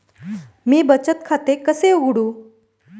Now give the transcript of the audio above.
मी बचत खाते कसे उघडू?